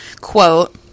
quote